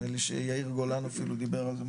נדמה לי שיאיר גולן אפילו דיבר על זה,